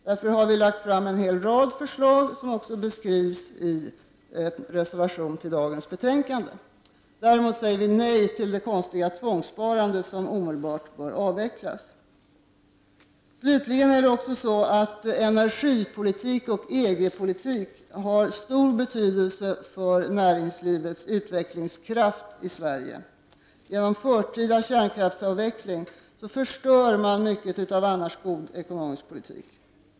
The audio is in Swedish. Därför har vi lagt fram en hel rad förslag, som också beskrivs i reservation till dagens betänkande. Däremot säger vi nej till det konstiga tvångssparandet, som omedelbart bör avvecklas. Slutligen har också energipolitik och EG-politik stor betydelse för näringslivets utvecklingskraft i Sverige. Genom en förtida kärnkraftsavveckling förstör man mycket av en annars god ekonomisk politik.